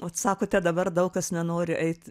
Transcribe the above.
ot sakote dabar daug kas nenori eit